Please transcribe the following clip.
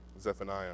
Zephaniah